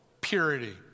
purity